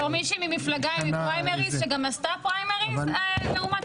בתור מישהי במפלגה עם פריימריז שגם עשתה פריימריז לעומת